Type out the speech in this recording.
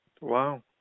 Wow